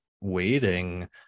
waiting